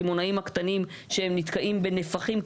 לקמעונאים הקטנים שהם נתקעים בנפחים,